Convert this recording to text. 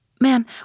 Man